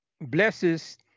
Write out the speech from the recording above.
blesses